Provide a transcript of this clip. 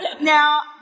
now